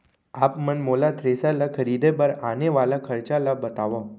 आप मन मोला थ्रेसर ल खरीदे बर आने वाला खरचा ल बतावव?